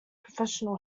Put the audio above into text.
professional